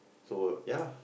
so ya lah